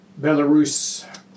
Belarus